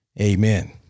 Amen